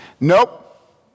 Nope